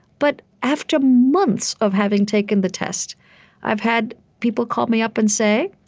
but after months of having taken the test i've had people call me up and say,